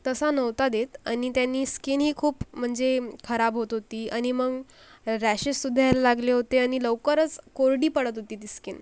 तसा नव्हता देत आणि त्यानी स्किनही खूप म्हणजे खराब होत होती आणि मग रॅशेससुद्धा यायला लागले होते आणि लवकरच कोरडी पडत होती ती स्किन